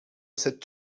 cette